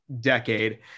decade